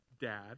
dad